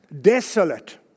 Desolate